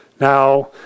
Now